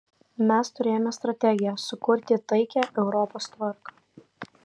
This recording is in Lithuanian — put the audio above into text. mes turėjome strategiją sukurti taikią europos tvarką